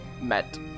met